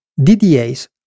DDAs